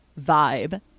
vibe